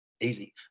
Easy